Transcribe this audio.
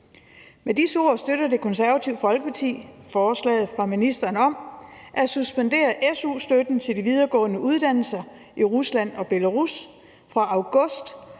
Med disse ord støtter Det Konservative Folkeparti forslaget fra ministeren om at suspendere su-støtten til de videregående uddannelser i Rusland og Belarus fra august.